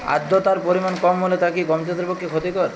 আর্দতার পরিমাণ কম হলে তা কি গম চাষের পক্ষে ক্ষতিকর?